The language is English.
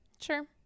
Sure